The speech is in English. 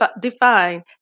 define